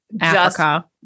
africa